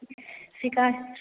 शिकायत